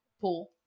Pool